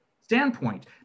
standpoint